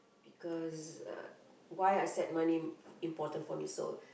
because uh why I said money important for me so